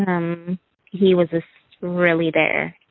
um he was just really there